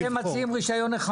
ואתם מציעים רישיון אחד?